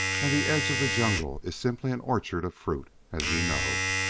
and the edge of the jungle is simply an orchard of fruit, as you know.